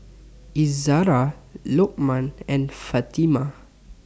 Izzara Lokman and Fatimah